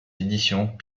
éditions